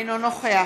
אינו נוכח